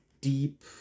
deep